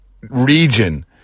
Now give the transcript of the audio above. region